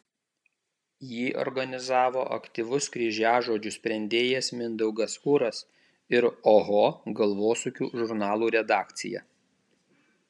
jį organizavo aktyvus kryžiažodžių sprendėjas mindaugas kuras ir oho galvosūkių žurnalų redakcija